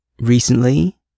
recently